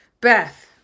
Beth